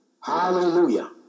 Hallelujah